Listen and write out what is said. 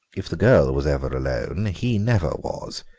if the girl was ever alone he never was.